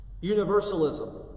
universalism